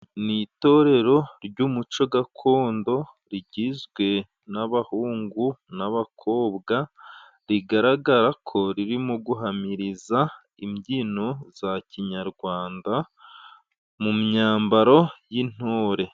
Ni itorero ry'umuco gakondo rigizwe n'abahungu n'abakobwa rigaragara ko riri mu guhamiriza imbyino za kinyarwanda mu myambaro y'intore.